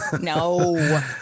No